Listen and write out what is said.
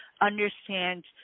understand